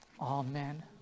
Amen